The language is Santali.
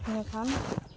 ᱤᱱᱟᱹ ᱠᱷᱟᱱ